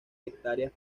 hectáreas